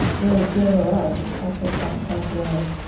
really feel the love and practice that self-love.